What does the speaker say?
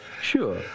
Sure